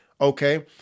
Okay